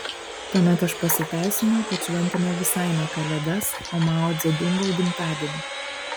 tuomet aš pasiteisinau kad šventėme visai ne kalėdas o mao dzedungo gimtadienį